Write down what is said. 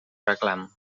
reclam